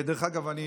ודרך אגב,